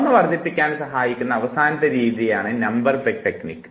ഓർമ്മ വർധിപ്പിക്കുവാൻ സഹായിക്കുന്ന അവസാനത്തെ രീതിയാണ് നമ്പർ പെഗ് ടെക്നിക്ക്